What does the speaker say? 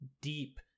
deep